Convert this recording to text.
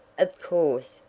of course,